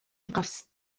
القفز